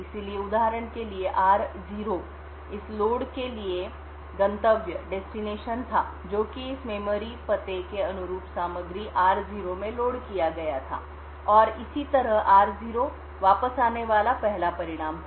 इसलिए उदाहरण के लिए r0 इस लोड के लिए गंतव्य था जो कि इस मेमोरी पते के अनुरूप सामग्री r0 में लोड किया गया था और इसी तरह r0 वापस आने वाला पहला परिणाम था